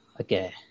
Okay